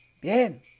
Bien